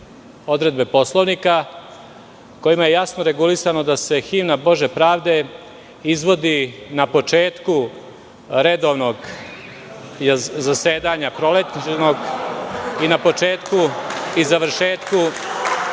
odredbe Poslovnika, kojima je jasno regulisano da se himna "Bože pravde" izvodi na početku redovnog zasedanja prolećnog i na početku i završetku